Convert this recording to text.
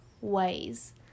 ways